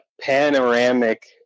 panoramic